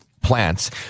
plants